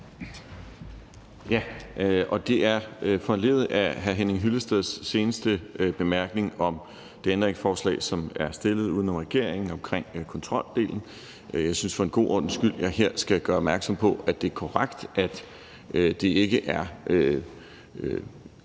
Det er foranlediget af hr. Henning Hyllesteds seneste bemærkning om det ændringsforslag, som er stillet uden om regeringen, om kontroldelen. Jeg synes, at jeg for en god ordens skyld her skal gøre opmærksom på, at det er korrekt, at det ikke er